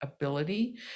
Ability